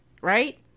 Right